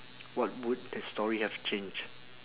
what would the story have change